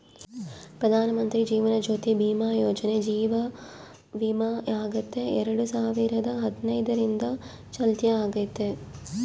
ಪ್ರಧಾನಮಂತ್ರಿ ಜೀವನ ಜ್ಯೋತಿ ಭೀಮಾ ಯೋಜನೆ ಜೀವ ವಿಮೆಯಾಗೆತೆ ಎರಡು ಸಾವಿರದ ಹದಿನೈದರಿಂದ ಚಾಲ್ತ್ಯಾಗೈತೆ